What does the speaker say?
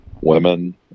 women